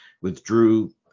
withdrew